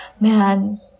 man